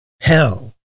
hell